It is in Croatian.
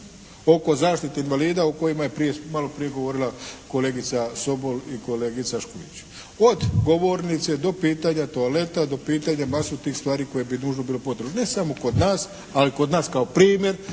oko zaštite invalida o kojima je malo prije govorila kolegica Sobol i kolegica Škulić, od govornice do pitanja toaleta, do pitanja masu tih stvari koje bi nužno bilo potrebno ne samo kod nas ali kod nas kao primjer